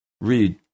Read